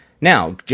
Now